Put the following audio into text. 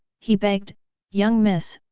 he begged young miss,